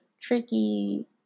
tricky